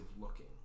looking